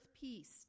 peace